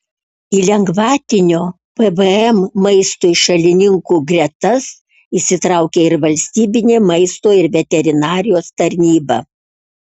į lengvatinio pvm maistui šalininkų gretas įsitraukė ir valstybinė maisto ir veterinarijos tarnyba